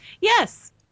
Yes